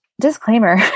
disclaimer